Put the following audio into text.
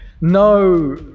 No